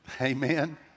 Amen